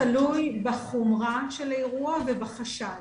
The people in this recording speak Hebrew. זה מאוד תלוי בחומרה של האירוע ובחשד.